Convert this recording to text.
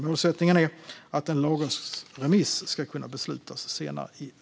Målsättningen är att en lagrådsremiss ska kunna beslutas senare i vår.